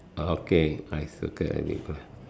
okay I circle the lip gloss